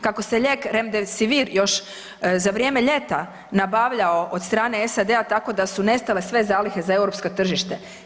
Kako se lijek Remdesivir još za vrijeme ljeta nabavljao od strane SAD-a tako da su nestale sve zalihe za europsko tržište.